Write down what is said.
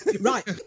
Right